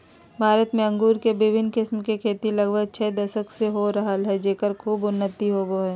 भारत में अंगूर के विविन्न किस्म के खेती लगभग छ दशक से हो रहल हई, जेकर खूब उन्नति होवअ हई